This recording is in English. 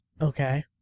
okay